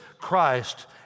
Christ